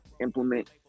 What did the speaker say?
implement